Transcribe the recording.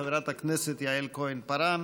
חברת הכנסת יעל כהן-פארן.